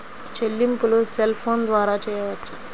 చెల్లింపులు cell phone ద్వారా చేయవచ్చా?